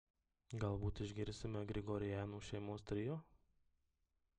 galbūt išgirsime grigorianų šeimos trio